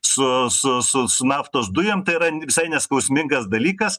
su su su naftos dujum tai yra visai neskausmingas dalykas